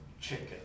chicken